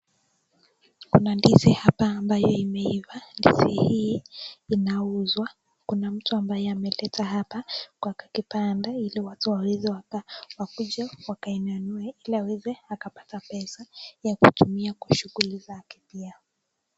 Kuna ndizi hapa ambayo imeiva. Ndizi hii zinauzwa. Kuna mtu ambaye ameleta hapa kwa kibanda ili watu waweze wakakuja wakainunue ili waweze wakapata pesa ya kutumia kwa shughuli za kivyao.